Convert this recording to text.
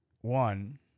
One